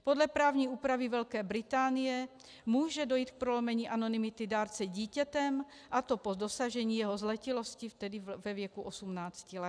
Podle právní úpravy Velké Británie může dojít k prolomení anonymity dárce dítětem, a to po dosažení jeho zletilosti, tedy ve věku 18 let.